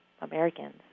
Americans